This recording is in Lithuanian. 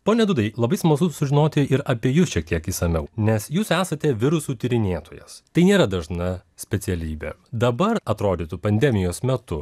pone dudai labai smalsu sužinoti ir apie jus šiek tiek išsamiau nes jūs esate virusų tyrinėtojas tai nėra dažna specialybė dabar atrodytų pandemijos metu